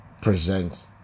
present